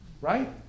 right